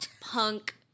punk